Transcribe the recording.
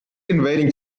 invading